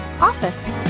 OFFICE